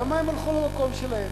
והמים הלכו למקום שלהם.